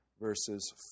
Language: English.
verses